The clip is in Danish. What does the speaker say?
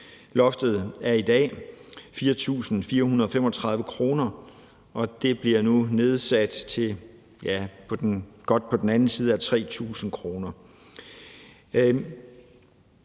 Loftet er i dag 4.435 kr., og det bliver nu nedsat til noget på den anden side af 3.000 kr.